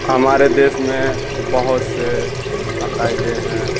ہمارے دیش میں بہت سے عقائد ہیں